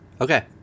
okay